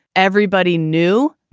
everybody knew.